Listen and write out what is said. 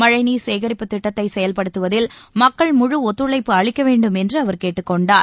மழைநீர் சேகரிப்புத் திட்டத்தை செயல்படுத்துவதில் மக்கள் முழு ஒத்துழைப்பு அளிக்க வேண்டும் என்று அவர் கேட்டுக்கொண்டார்